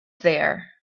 there